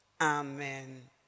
Amen